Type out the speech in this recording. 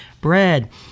bread